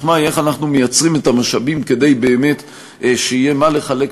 החוכמה היא איך אנחנו מייצרים את המשאבים כדי שבאמת יהיה מה לחלק,